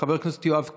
חבר הכנסת יואב קיש,